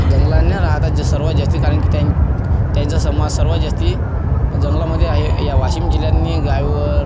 जंगला जंगलात राहतात जे सर्वात जास्ती कारण की त्यां त्यांचा समाज सर्वात जास्ती जंगलामधे आहे या वाशिम जिल्ह्यातून गायवळ